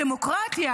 הדמוקרטיה